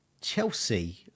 Chelsea